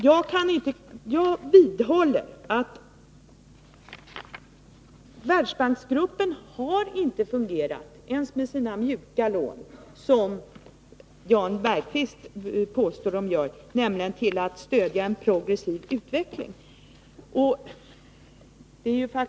Jag vidhåller att Världsbanksgruppen inte har fungerat ens med sina mjuka lån, vilket Jan Bergqvist påstår, och stött en progressiv utveckling.